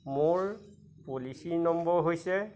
মোৰ policy number হৈছে